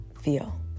feel